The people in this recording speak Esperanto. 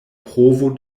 provo